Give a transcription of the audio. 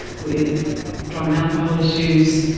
with drug and alcohol issues?